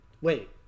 Wait